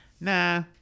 Nah